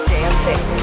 dancing